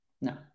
No